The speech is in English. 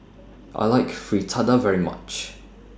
I like Fritada very much